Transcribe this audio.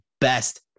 best